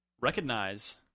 Recognize